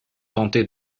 tenter